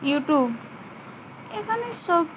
YouTube এখানে সব